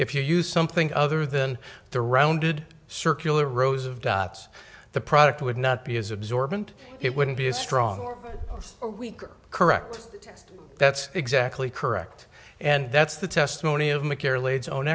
if you use something other than the rounded circular rows of dots the product would not be as absorbent it wouldn't be as strong or weak or correct that's exactly correct and that's the testimony of